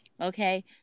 Okay